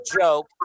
joke